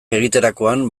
egiterakoan